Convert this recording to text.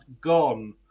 gone